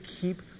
keep